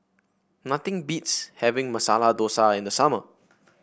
nothing beats having Masala Dosa in the summer